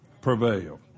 prevail